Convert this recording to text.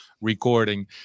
recording